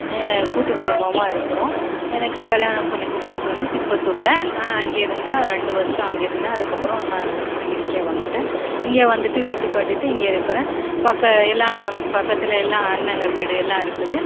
கூட்டுக் குடும்பமாக இருக்கிறோம் எனக்கு கல்யாணம் பண்ணிக் கொடுத்தது வந்து திருப்பத்தூரில் நான் அங்கே இருந்தேன் ஒரு ரெண்டு வருஷம் அங்கே இருந்தேன் அதுக்கப்புறம் நான் கிருஷ்ணகிரிக்கே வந்துவிட்டேன் இங்கே வந்துவிட்டு வீட்டுக் கட்டிகிட்டு இங்கே இருக்கிறேன் பக்க எல்லாம் பக்கத்தில் எல்லாம் அண்ணங்க வீடு எல்லாம் இருக்குது